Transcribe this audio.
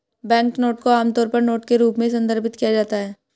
banknote को आमतौर पर नोट के रूप में संदर्भित किया जाता है